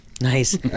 nice